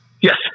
Yes